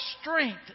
strength